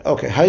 Okay